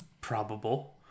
probable